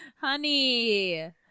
honey